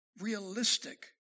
realistic